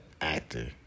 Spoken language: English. Actor